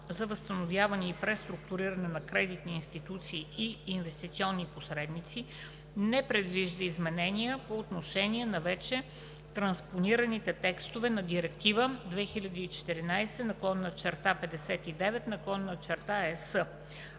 за възстановяване и преструктуриране на кредитни институции и инвестиционни посредници не предвижда изменения по отношение на вече транспонираните текстове на Директива 2014/59/ЕС, а по скоро